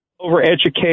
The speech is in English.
overeducated